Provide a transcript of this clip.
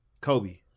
Kobe